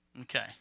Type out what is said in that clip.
Okay